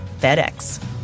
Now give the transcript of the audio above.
FedEx